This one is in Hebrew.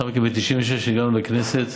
לאחר מכן, ב-1996 הגענו לכנסת.